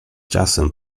czasem